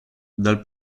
dal